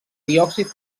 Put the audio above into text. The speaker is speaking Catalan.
diòxid